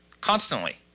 constantly